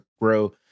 grow